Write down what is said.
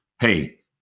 hey